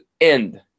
end